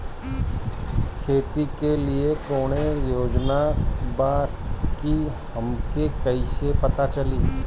खेती के लिए कौने योजना बा ई हमके कईसे पता चली?